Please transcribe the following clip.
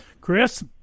Chris